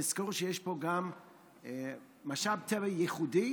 נזכור שיש פה גם משאב טבע ייחודי,